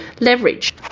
leverage